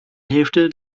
hälfte